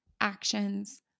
actions